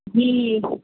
جی